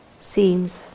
Seems